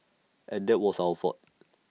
and that was our fault